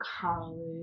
college